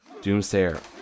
Doomsayer